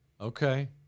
Okay